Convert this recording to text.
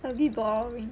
a bit boring